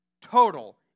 total